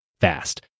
fast